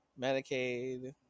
Medicaid